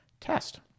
test